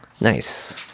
Nice